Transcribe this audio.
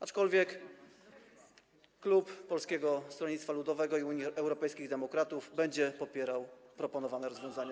Aczkolwiek klub Polskiego Stronnictwa Ludowego - Unii Europejskich Demokratów będzie popierał proponowane rozwiązania.